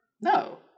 No